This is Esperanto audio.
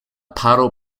paro